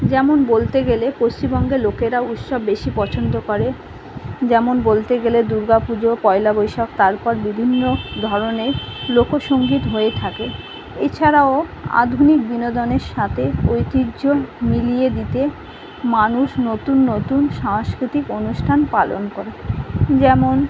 যেমন বলতে গেলে পশ্চিমবঙ্গের লোকেরা উৎসব বেশি পছন্দ করে যেমন বলতে গেলে দুর্গা পুজো পয়লা বৈশাখ তারপর বিভিন্ন ধরনের লোকসঙ্গীত হয়ে থাকে এছাড়াও আধুনিক বিনোদনের সাথে ঐতিহ্য মিলিয়ে দিতে মানুষ নতুন নতুন সাংস্কৃতিক অনুষ্ঠান পালন করে যেমন